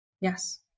Yes